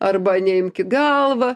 arba neimk į galvą